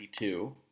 92